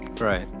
Right